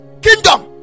kingdom